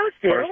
First